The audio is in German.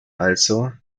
also